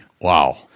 Wow